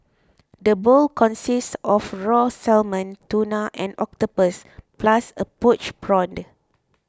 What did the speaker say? the bowl consists of raw salmon tuna and octopus plus a poached prawn